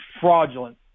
fraudulent